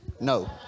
No